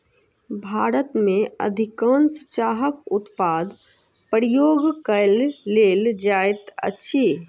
भारत में अधिकाँश चाहक उत्पाद उपयोग कय लेल जाइत अछि